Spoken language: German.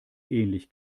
ähnlich